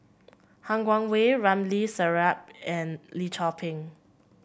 Han Guangwei Ramli Sarip and Lim Chor Pee